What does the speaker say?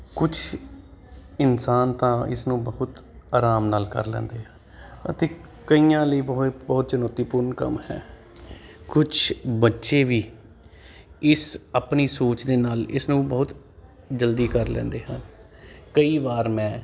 ਕੁਛ ਇਨਸਾਨ ਤਾਂ ਇਸਨੂੰ ਬਹੁਤ ਆਰਾਮ ਨਾਲ ਕਰ ਲੈਂਦੇ ਆ ਅਤੇ ਕਈਆਂ ਲਈ ਬਹੁ ਬਹੁਤ ਚੁਣੋਤੀਪੂਰਨ ਕੰਮ ਹੈ ਕੁਛ ਬੱਚੇ ਵੀ ਇਸ ਆਪਣੀ ਸੋਚ ਦੇ ਨਾਲ ਇਸ ਨੂੰ ਬਹੁਤ ਜਲਦੀ ਕਰ ਲੈਂਦੇ ਹਨ ਕਈ ਵਾਰ ਮੈਂ